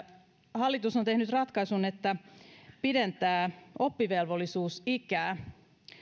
hallitus on tehnyt ratkaisun että se pidentää oppivelvollisuusikää